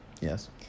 Yes